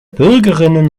bürgerinnen